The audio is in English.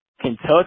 Kentucky